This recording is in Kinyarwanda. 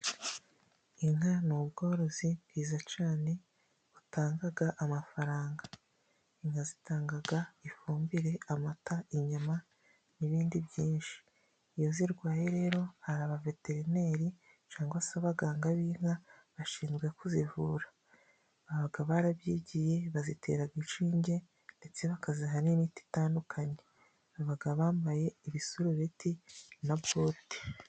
Inka ni ubworozi bwiza cyane butanga amafaranga. Inka zitanga ifumbire, amata, inyama, n'ibindi byinshi. Iyo zirwaye rero, hari abaveterineri cyangwa se abaganga b'inka bashinzwe kuzivura. Baba barabyigiye, bazitera inshinge, ndetse bakaziha n'imiti itandukanye. Baba bambaye ibisurureti na bote.